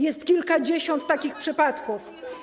Jest kilkadziesiąt takich przypadków.